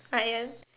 Ryan